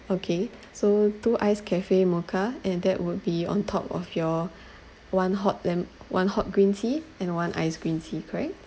okay so two iced cafe mocha and that would be on top of your one hot lem~ one hot green tea and one iced green tea correct